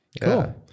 Cool